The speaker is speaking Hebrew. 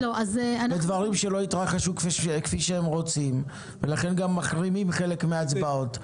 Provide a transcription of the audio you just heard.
יש דברים שלא התרחשו כפי שהם רוצים ולכן הם גם מחרימים חלק מההצבעות,